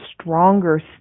stronger